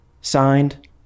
signed